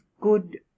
good